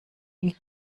die